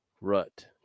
rut